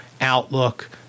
Outlook